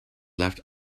left